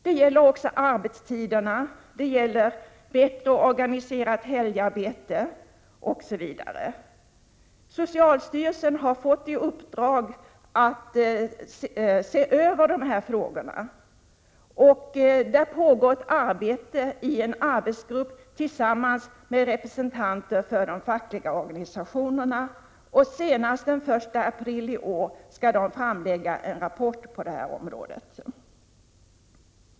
Det gäller också arbetstiderna, bättre organiserat helgarbete osv. Socialstyrelsen har fått i uppdrag att se över dessa frågor. Man har tillsatt en arbetsgrupp med representanter för de fackliga organisationerna. Senast den 1 april i år skall gruppen framlägga en rapport på detta område.